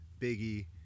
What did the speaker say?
Biggie